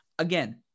Again